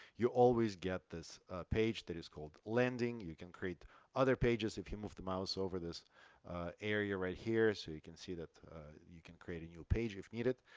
you always get this page that is called landing. you can create other pages if you move the mouse over this area right here. so you can see that you can create a new page if needed.